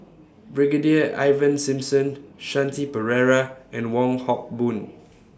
Brigadier Ivan Simson Shanti Pereira and Wong Hock Boon